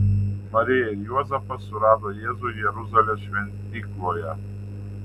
marija ir juozapas surado jėzų jeruzalės šventykloje